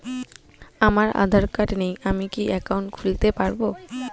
আমার আধার কার্ড নেই আমি কি একাউন্ট খুলতে পারব?